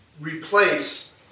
replace